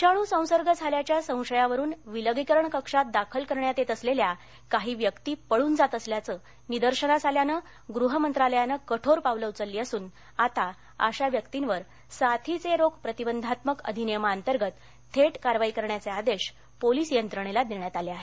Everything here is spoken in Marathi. विषाणू संसर्ग झाल्याच्या संशयावरून विलगीकरण कक्षात दाखल करण्यात येत असलेल्या काही व्यक्ति पळून जात असल्याचं निदर्शनास आल्यानं गृह मंत्रालयानं कठोर पावलं उचलली असून आता अशा व्यक्तींवर साथीचे रोग प्रतिबंधात्मक अधिनियमांतर्गत थेट कारवाई करण्याचे आदेश पोलीस यंत्रणेला देण्यात आले आहेत